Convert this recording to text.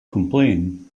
complain